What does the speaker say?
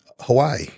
Hawaii